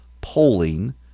polling